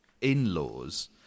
in-laws